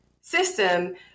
system